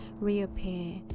reappear